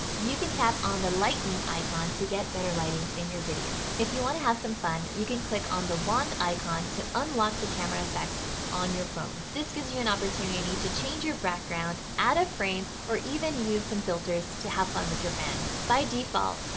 you can tap on the lightning icon to get better lighting in your video. if you want to have some fun, you can click on the wand icon to unlock the camera effects on your phone. this gives you an opportunity to change your background add a frame, or even use some filters to have fun with your fans. by default,